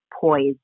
poised